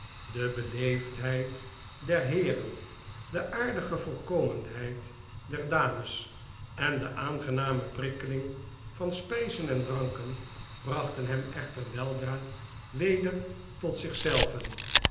de beleefdheid der heeren de aardige voorkomendheid der dames en de aangename prikkeling van spijzen en dranken brachten hem echter weldra weder tot zich zelven